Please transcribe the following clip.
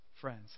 friends